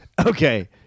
Okay